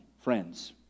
friends